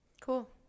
Cool